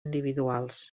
individuals